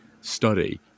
study